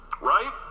right